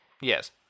yes